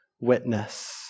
witness